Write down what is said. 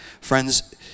Friends